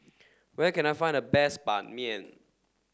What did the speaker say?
where can I find the best Ban Mian